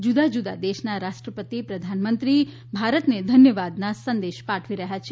જુદા જુદા દેશના રાષ્ટ્રપતિ પ્રધાનમંત્રી ભારતને ધન્યવાદના સંદેશ પાઠવી રહ્યા છે